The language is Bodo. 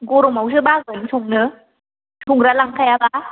गरमावसो बागोन संनो संग्रा लांखायाबा